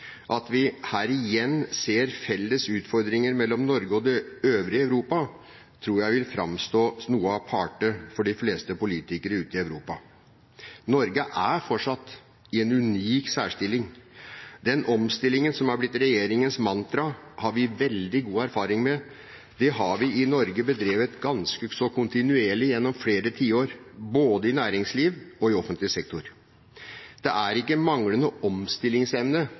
ser vi igjen felles utfordringer mellom Norge og det øvrige Europa», tror jeg vil framstå som noe aparte for de fleste politikere ute i Europa. Norge er fortsatt i en unik særstilling. Den omstillingen som er blitt regjeringens mantra, har vi veldig god erfaring med. Det har vi i Norge bedrevet ganske så kontinuerlig gjennom flere tiår, både i næringslivet og i offentlig sektor. Det er ikke manglende omstillingsevne